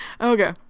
Okay